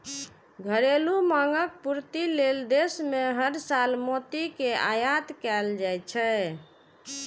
घरेलू मांगक पूर्ति लेल देश मे हर साल मोती के आयात कैल जाइ छै